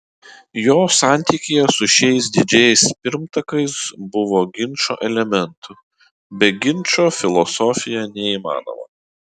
jo santykyje su šiais didžiais pirmtakais buvo ginčo elementų be ginčo filosofija neįmanoma